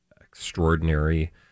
Extraordinary